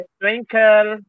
twinkle